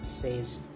says